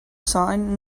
sign